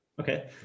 Okay